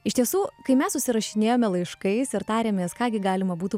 iš tiesų kai mes susirašinėjome laiškais ir tarėmės ką gi galima būtų